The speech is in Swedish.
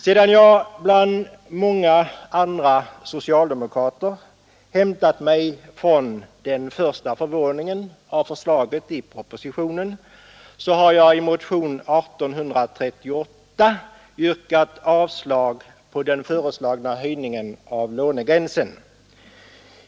Sedan jag bland många andra socialdemokrater hämtat mig från den första förvåningen över förslaget i propositionen yrkade jag i motion 1838 avslag på den föreslagna höjningen av lånegränsen.